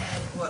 שופטים.